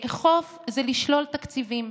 לאכוף זה לשלול תקציבים,